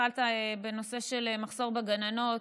התחלת בנושא של מחסור בגננות.